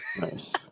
Nice